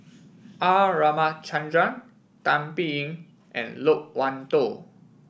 R Ramachandran Tan Biyun and Loke Wan Tho